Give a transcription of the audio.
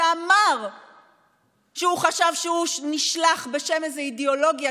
שאמר שהוא חשב שהוא נשלח בשם איזו אידיאולוגיה,